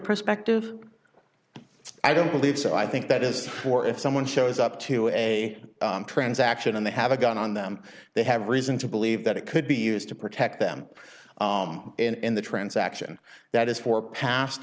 perspective i don't believe so i think that is for if someone shows up to a transaction and they have a gun on them they have reason to believe that it could be used to protect them in the transaction that is for past